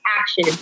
action